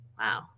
wow